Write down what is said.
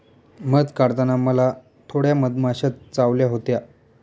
मध काढताना मला थोड्या मधमाश्या चावल्या होत्या